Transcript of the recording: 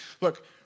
Look